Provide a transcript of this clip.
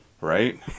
Right